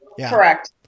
Correct